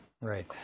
Right